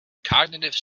cognitive